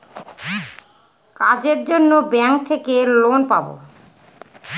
কাজের জন্য ব্যাঙ্ক থেকে লোন পাবো